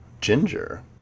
Ginger